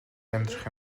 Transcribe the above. амьдрах